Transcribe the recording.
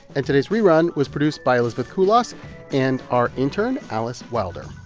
and today's rerun was produced by elizabeth kulas and our intern alice wilder.